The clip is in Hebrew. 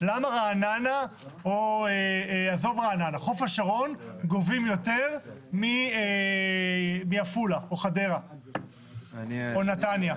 למה רעננה או חוף השרון גובים יותר מעפולה או חדרה או נתניה?